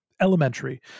elementary